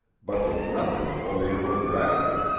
but with nothing of oriental gravity.